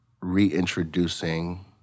reintroducing